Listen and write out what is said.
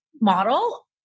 model